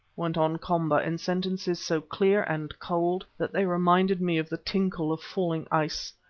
went on komba in sentences so clear and cold that they reminded me of the tinkle of falling ice,